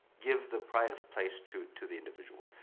give the pride of place to to the individual.